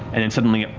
and then suddenly